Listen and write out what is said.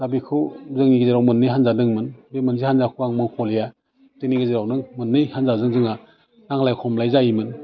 दा बेखौ जोंनि गेजेराव मोन्नै हान्जा दोंमोन बे मोनसे हान्जाखौ आं मख'लिया जोंनि गेजेरावनो मोन्नै हान्जाजों जोंहा नांलाय खमलाय जायोमोन